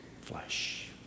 flesh